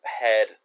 head